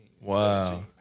wow